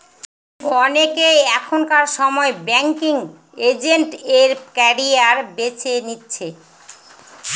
অনেকে এখনকার সময় ব্যাঙ্কিং এজেন্ট এর ক্যারিয়ার বেছে নিচ্ছে